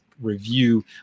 review